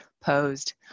posed